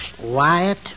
Wyatt